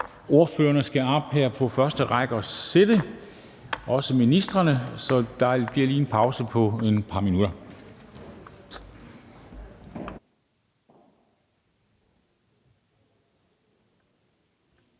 ordførerne skal op og sidde her på første række – også ministrene – så der bliver lige en pause på et par minutter.